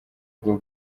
bwo